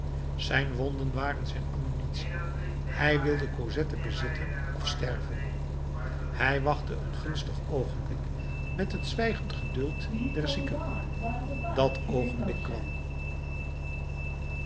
zijn wonden waren zijn ammunitie hij wilde cosette bezitten of sterven hij wachtte een gunstig oogenblik met het zwijgend geduld der zieken dat oogenblik kwam